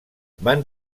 van